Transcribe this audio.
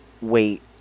wait